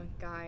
Guys